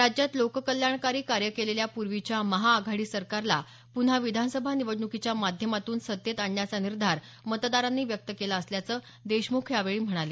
राज्यात लोककल्याणकारी कार्य केलेल्या पूर्वीच्या महाआघाडी सरकारला पुन्हा विधानसभा निवडणुकीच्या माध्यमातून सत्तेत आणण्याचा निर्धार मतदारांनी व्यक्त केला असल्याचं देशमुख यावेळी म्हणाले